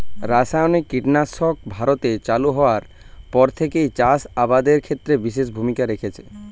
রাসায়নিক কীটনাশক ভারতে চালু হওয়ার পর থেকেই চাষ আবাদের ক্ষেত্রে বিশেষ ভূমিকা রেখেছে